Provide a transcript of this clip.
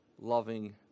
loving